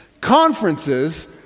Conferences